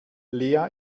lea